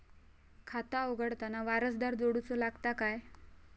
खाता उघडताना वारसदार जोडूचो लागता काय?